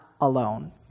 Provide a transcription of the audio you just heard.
alone